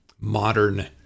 modern